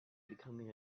becoming